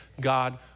God